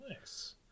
nice